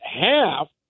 half